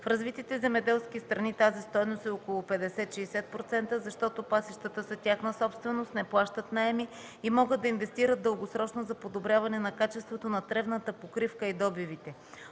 В развитите земеделски страни тази стойност е около 50-60%, защото пасищата са тяхна собственост, не плащат наеми и могат да инвестират дългосрочно за подобряване на качеството на тревната покривка и добивите.